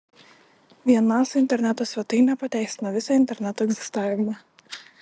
vien nasa interneto svetainė pateisina visą interneto egzistavimą